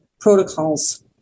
protocols